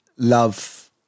love